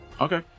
Okay